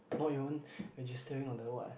not even registering on the what